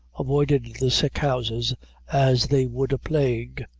avoided the sick houses as they would a plague.